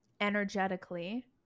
energetically